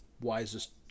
wisest